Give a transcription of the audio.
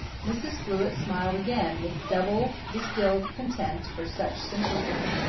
mrs. blewett smiled again, with double distilled contempt for such simplicity.